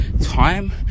time